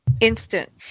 instant